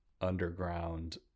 underground